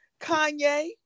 Kanye